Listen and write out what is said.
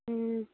ꯎꯝ